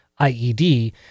IED